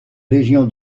légion